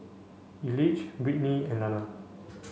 Elige Britni and Lana